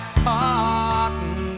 cotton